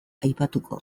aipatuko